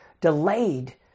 delayed